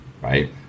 Right